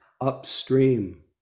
upstream